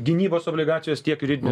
gynybos obligacijos tiek juridinių